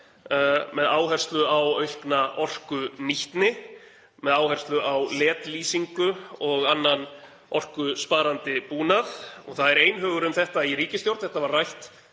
með áherslu á aukna orkunýtni, með áherslu á LED-lýsingu og annan orkusparandi búnað. Það er einhugur um þetta í ríkisstjórn. Þetta var rætt